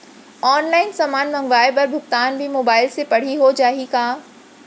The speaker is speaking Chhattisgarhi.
ऑनलाइन समान मंगवाय बर भुगतान भी मोबाइल से पड़ही हो जाही का?